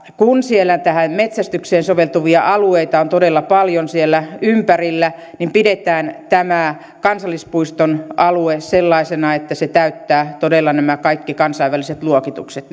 kun metsästykseen soveltuvia alueita on todella paljon siellä ympärillä niin pidetään tämä kansallispuiston alue sellaisena että se myöskin todella täyttää nämä kaikki kansainväliset luokitukset